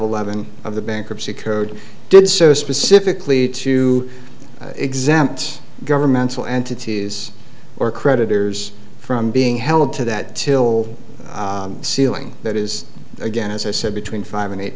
eleven of the bankruptcy code did so specifically to exempts governmental entities or creditors from being held to that till ceiling that is again as i said between five and eight